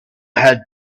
had